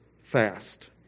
fast